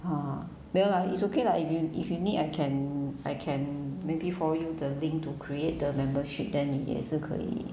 ha 没有 lah it's okay lah if you if you need I can I can maybe forward you the link to create the membership then 你也是可以